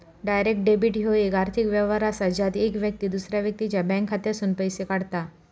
direct debit ह्यो येक आर्थिक व्यवहार असा ज्यात येक व्यक्ती दुसऱ्या व्यक्तीच्या बँक खात्यातसूनन पैसो काढता